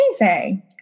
amazing